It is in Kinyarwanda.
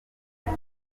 baba